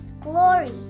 glory